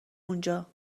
اونجا